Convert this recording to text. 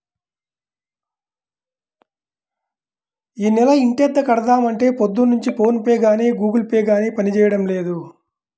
యీ నెల ఇంటద్దె కడదాం అంటే పొద్దున్నుంచి ఫోన్ పే గానీ గుగుల్ పే గానీ పనిజేయడం లేదు